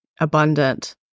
abundant